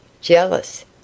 Jealous